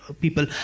people